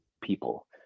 people